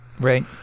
Right